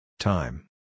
time